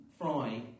fry